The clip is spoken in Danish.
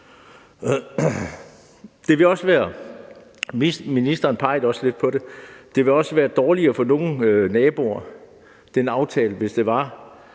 lidt på det – dårligere for nogle naboer, hvis det var en aftale